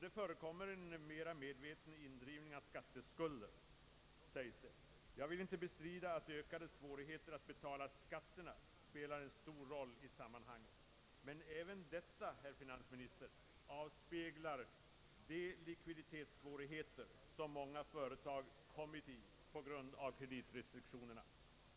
Det förekommer en mera medveten indrivning av skatteskulder, sägs det. Jag vill inte bestrida att ökade svårigheter att betala skatterna spelar en stor roll i sammanhanget. Men även detta, herr finansminister, avspeglar de likviditetssvårigheter som många företag kommit i på grund av kreditrestriktionerna.